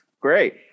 Great